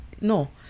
no